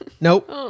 nope